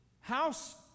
house